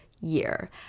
year